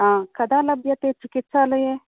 आम् कदा लभ्यते चिकित्सालये